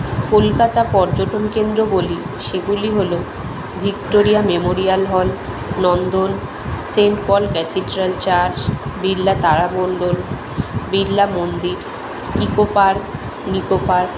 কলকাতা পর্যটন কেন্দ্র বলি সেগুলি হলো Victoria Memorial Hall Nandan Saint Paul cathedral church Birla তারামণ্ডল বিড়লা মন্দির ইকো পার্ক নিকো পার্ক